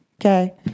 Okay